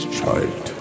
child